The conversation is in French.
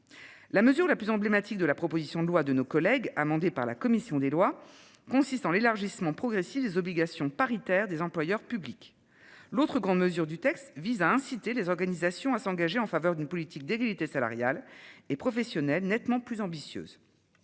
La mesure la plus emblématique de la proposition de loi de nos collègues amendé par la commission des lois, consiste en l'élargissement progressif des obligations paritaires des employeurs publics. L'autre grande mesure du texte vise à inciter les organisations à s'engager en faveur d'une politique d'égalité salariale et professionnelle nettement plus ambitieuse.